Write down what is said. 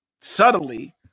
subtly